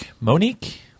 Monique